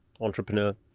entrepreneur